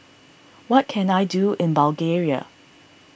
what can I do in Bulgaria